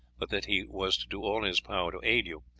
but that he was to do all in his power to aid you,